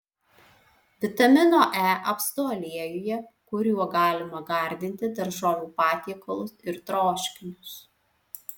vitamino e apstu aliejuje kuriuo galima gardinti daržovių patiekalus ir troškinius